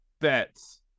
bets